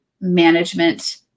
management